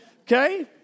Okay